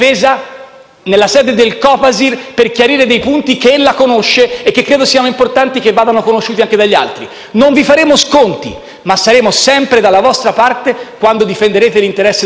nella sede del Copasir, per chiarire dei punti che ella conosce e che credo sia importante vadano conosciuti anche dagli altri. Non vi faremo sconti ma saremo sempre dalla vostra parte quando difenderete l'interesse del Paese,